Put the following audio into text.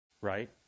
right